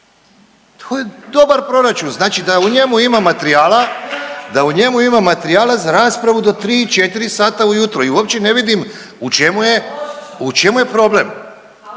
u njemu ima matrijala, da u njemu ima matrijala za raspravu do tri, četri sata ujutro i uopće ne vidim u čemu je problem.